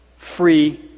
Free